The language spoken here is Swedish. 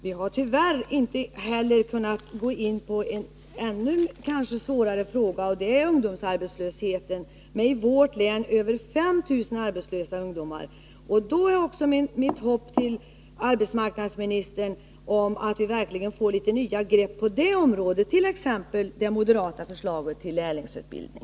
Vi har tyvärr inte heller kunnat gå in på en kanske ännu svårare fråga, nämligen ungdomsarbetslösheten. I vårt län finns över 5 000 arbetslösa ungdomar. Mitt hopp, fru arbetsmarknadsminister, är att vi verkligen får litet nya grepp på det området, t.ex. det moderata förslaget till lärlingsutbildning.